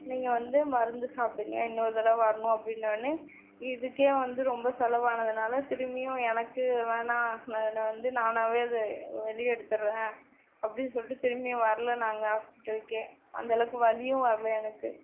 நீங்கள் வந்து மருந்து சாப்பிடுங்க இன்னொரு தடவை வரணும் அப்டினவோடனே இதுக்கே வந்து ரொம்ப செலவானதினால திரும்பியும் எனக்கு வேணாம் நான் வந்து நானாகவே அதை வெளியெடுத்துறேன் அப்படின்னு சொல்லிட்டு திரும்பியும் வரல நாங்கள் ஹாஸ்பிடலுக்கே அந்தளவுக்கு வலியும் வரல எனக்கு